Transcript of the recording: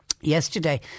Yesterday